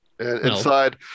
Inside